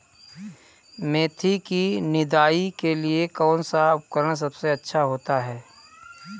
मेथी की निदाई के लिए कौन सा उपकरण सबसे अच्छा होता है?